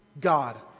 God